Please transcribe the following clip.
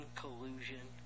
collusion